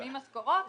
משלמים משכורות,